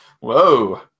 Whoa